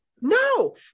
no